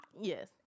Yes